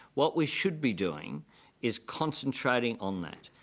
what we should be doing is concentrating on that.